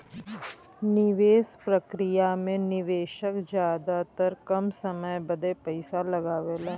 निवेस प्रक्रिया मे निवेशक जादातर कम समय बदे पइसा लगावेला